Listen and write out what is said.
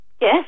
Yes